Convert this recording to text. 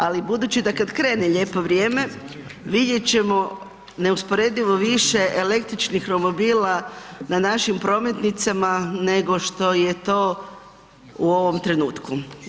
Ali, budući da kad krene lijepo vrijeme, vidjet ćemo neusporedivo više električnih romobila na našim prometnicama nego što je to u ovom trenutku.